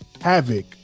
havoc